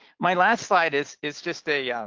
my last slide is is just a yeah